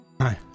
Hi